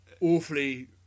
Awfully